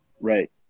Right